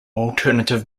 alternative